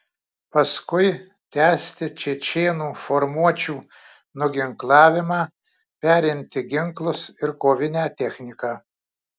paskui tęsti čečėnų formuočių nuginklavimą perimti ginklus ir kovinę techniką